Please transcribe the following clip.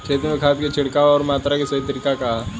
खेत में खाद क छिड़काव अउर मात्रा क सही तरीका का ह?